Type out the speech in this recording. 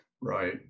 Right